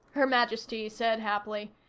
her majesty said happily.